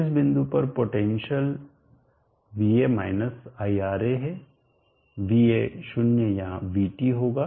इस बिंदु पर पोटेंशियल va माइनस iRa है va 0 या vt होगा